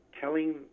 telling